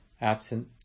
absent